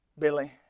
Billy